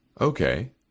Okay